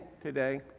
today